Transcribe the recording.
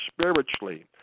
spiritually